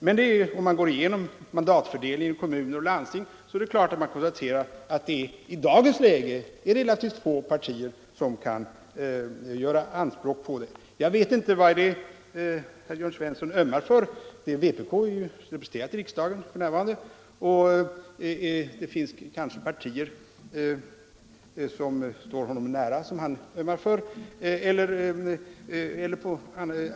Men om man går igenom mandatfördelningen i kommuner och landsting, är det klart att man konstaterar att det i dagens läge är relativt få partier som kan göra anspråk på att ha en sådan karaktär. Jag vet inte vad det är som herr Jörn Svensson ömmar för. Vpk är ju representerat i riksdagen för närvarande, men det finns kanske andra partier som står honom nära och som han ömmar för.